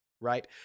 right